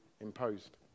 imposed